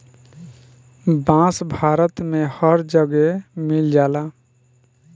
बांस भारत में हर जगे मिल जाला